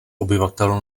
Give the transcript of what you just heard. obyvatel